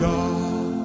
God